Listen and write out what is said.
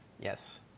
Yes